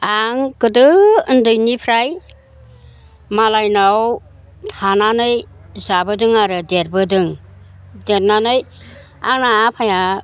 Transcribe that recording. आं गोदो उन्दैनिफ्राय मालायनाव थानानै जाबोदों आरो देरबोदों देरनानै आंना आफाया